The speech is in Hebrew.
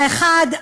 האחד,